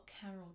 Carol